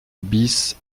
bis